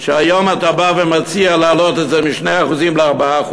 שהיום אתה בא ומציע להעלות את זה מ-2% ל-4%,